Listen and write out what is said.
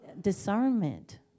discernment